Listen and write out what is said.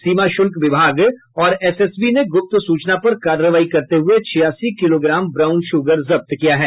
सीमा शुल्क विभाग और एसएसबी ने गुप्त सूचना पर कार्रवाई करते हुए छियासी किलोग्राम ब्राउन शुगर जब्त किया है